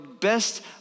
best